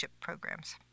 programs